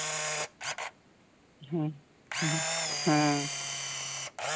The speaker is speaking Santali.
ᱦᱩᱸ ᱦᱩᱸ ᱦᱮᱸ